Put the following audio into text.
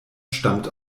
stammt